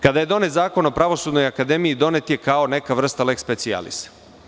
Kada je donet Zakon o Pravosudnoj akademiji, donet je kao neka vrsta "leks specijalisa"